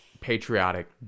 patriotic